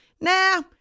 Nah